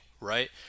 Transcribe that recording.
right